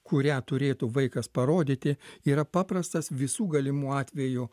kurią turėtų vaikas parodyti yra paprastas visų galimų atvejų